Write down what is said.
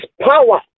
power